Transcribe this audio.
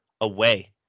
away